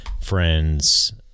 friends